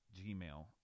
Gmail